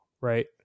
right